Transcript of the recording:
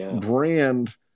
brand